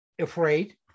afraid